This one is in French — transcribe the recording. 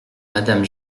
madame